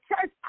church